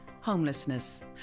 homelessness